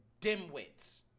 dimwits